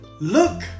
Look